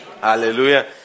Hallelujah